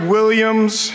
Williams